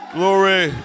Glory